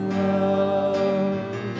love